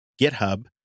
GitHub